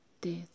Death